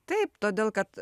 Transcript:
taip todėl kad